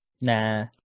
Nah